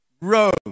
Rome